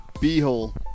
B-hole